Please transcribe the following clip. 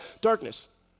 darkness